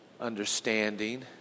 Understanding